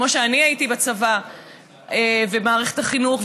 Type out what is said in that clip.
כמו כשאני הייתי בצבא ובמערכת החינוך,